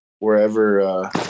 wherever